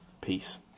Peace